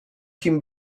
kim